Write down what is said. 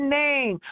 name